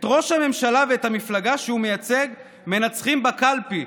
את ראש הממשלה ואת המפלגה שהוא מייצג מנצחים בקלפי,